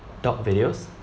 dog videos